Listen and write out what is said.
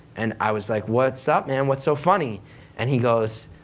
and i was like what's up man, what's so funny and he goes,